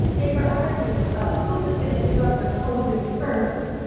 they were arguing about who was going to give up their clothing first.